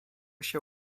się